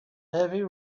heavy